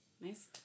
Nice